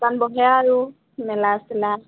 দোকান বহে আৰু মেলা চেলা